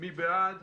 מי בעד?